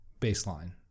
baseline